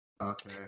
Okay